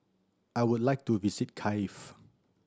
I would like to visit Kiev